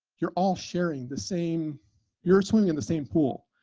you're all sharing the same you're swimming in the same pool.